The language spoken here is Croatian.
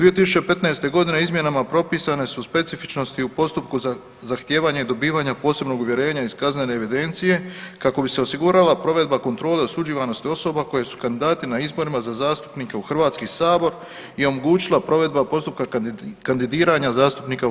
2015. g. izmjenama propisane su specifičnosti u postupku zahtijevanja i dobivanja posebnog uvjerenja iz kaznene evidencije, kako bi se osigurala provedba kontrole osuđivanosti osoba koje su kandidati na izborima za zastupnike u HS i omogućila provedba postupka kandidiranja zastupnika u HS.